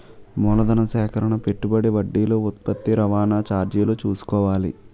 మూలధన సేకరణ పెట్టుబడి వడ్డీలు ఉత్పత్తి రవాణా చార్జీలు చూసుకోవాలి